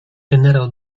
generał